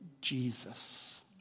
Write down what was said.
Jesus